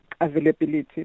availability